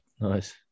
Nice